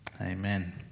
Amen